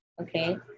Okay